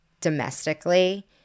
domestically